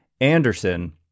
Anderson